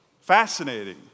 Fascinating